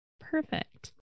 Perfect